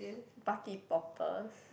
party poppers